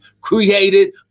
created